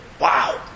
Wow